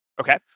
Okay